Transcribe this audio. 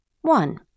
One